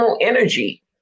energy